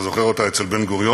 אתה זוכר אותה, אצל בן-גוריון,